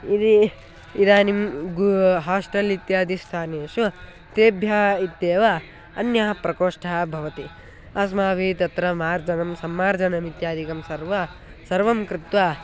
यदि इदानीं तु हास्टल् इत्यादिषु स्थानेषु तेभ्यः इत्येव अन्यः प्रकोष्ठः भवति अस्माभिः तत्र मार्जनं सम्मार्जनम् इत्यादिकं सर्वं सर्वं कृत्वा